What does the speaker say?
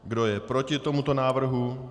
Kdo je proti tomuto návrhu?